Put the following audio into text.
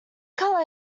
colour